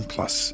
Plus